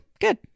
good